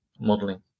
modeling